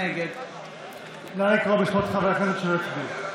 נגד נא לקרוא בשמות חברי הכנסת שלא הצביעו.